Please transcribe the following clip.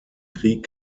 krieg